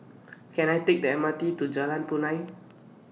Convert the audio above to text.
Can I Take The M R T to Jalan Punai